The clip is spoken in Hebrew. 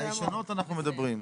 על הישנות אנחנו מדברים.